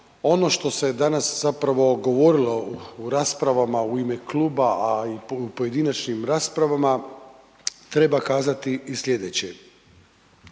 Ono što se je danas zapravo govorilo u rasprava u ime kluba, a i pojedinačnim rasprava, treba kazati i sljedeće.